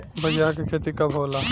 बजरा के खेती कब होला?